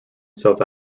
south